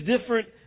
different